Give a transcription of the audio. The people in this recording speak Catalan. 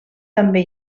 també